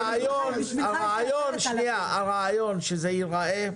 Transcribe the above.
הרעיון שזה ייראה,